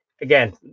again